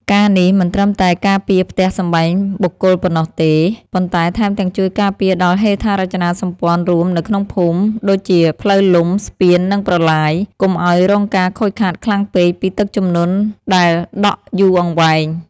ការណ៍នេះមិនត្រឹមតែការពារផ្ទះសម្បែងបុគ្គលប៉ុណ្ណោះទេ ប៉ុន្តែថែមទាំងជួយការពារដល់ហេដ្ឋារចនាសម្ព័ន្ធរួមនៅក្នុងភូមិ ដូចជាផ្លូវលំ ស្ពាន និងប្រឡាយ កុំឱ្យរងការខូចខាតខ្លាំងពេកពីទឹកជំនន់ដែលដក់យូរអង្វែង។